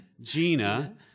Gina